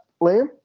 Liam